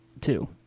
two